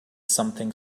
something